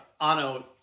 Ano